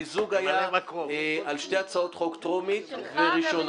המיזוג היה על שתי הצעות חוק אחת טרומית ואחת בקריאה ראשונה.